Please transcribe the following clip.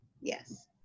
Yes